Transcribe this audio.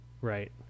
Right